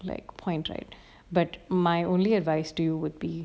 like point right but my only advice to you would be